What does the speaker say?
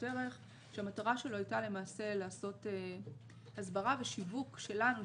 ערך שהמטרה שלו הייתה לעשות הסברה ושיווק שלנו,